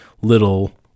little